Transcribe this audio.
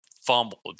fumbled